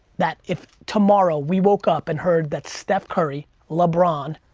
that if tomorrow we woke up and heard that steph curry, lebron,